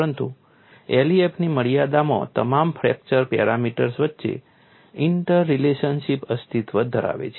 પરંતુ LEFM ની મર્યાદામાં તમામ ફ્રેક્ચર પેરામીટર્સ વચ્ચે ઇન્ટરલેશનશીપ અસ્તિત્વ ધરાવે છે